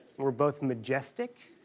we're both majestic,